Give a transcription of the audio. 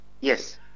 yes